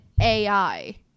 AI